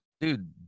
dude